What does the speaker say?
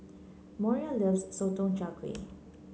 Moriah loves Sotong Char Kway